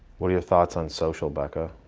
what are your thoughts on social becca?